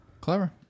Clever